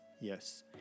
Yes